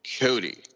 Cody